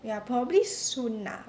ya probably soon lah